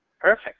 Perfect